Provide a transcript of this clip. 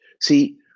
See